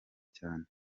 cyane